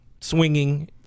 swinging